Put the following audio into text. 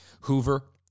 hoover